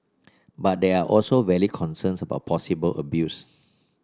but there are also valid concerns about possible abuse